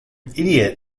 idiot